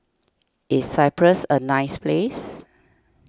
is Cyprus a nice place